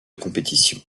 compétition